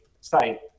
site